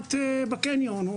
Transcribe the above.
למאומת בקניון,